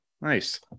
Nice